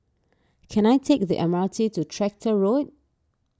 can I take the M R T to Tractor Road